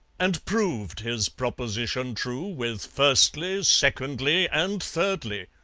and proved his proposition true, with firstly, secondly, and thirdly.